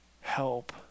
help